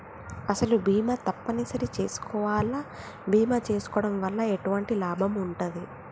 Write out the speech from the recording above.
అసలు బీమా తప్పని సరి చేసుకోవాలా? బీమా చేసుకోవడం వల్ల ఎటువంటి లాభం ఉంటది?